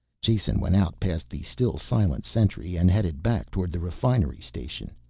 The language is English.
jason went out past the still-silent sentry and headed back towards the refinery station.